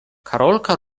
karolka